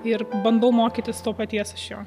ir bandau mokytis to paties iš jo